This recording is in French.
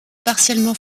partiellement